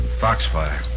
Foxfire